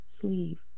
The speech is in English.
sleeve